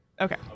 okay